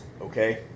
okay